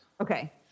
okay